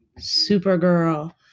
Supergirl